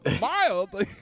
Mild